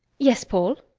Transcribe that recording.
yes, paul?